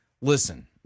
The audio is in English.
listen